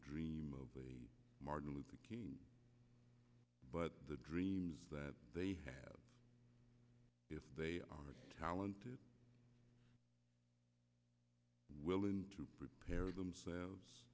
dream of martin luther king but the dreams that they have if they are talented willing to prepare themselves